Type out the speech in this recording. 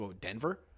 Denver